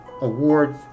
awards